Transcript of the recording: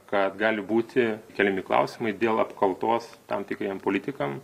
kad gali būti keliami klausimai dėl apkaltos tam tikriem politikam